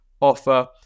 offer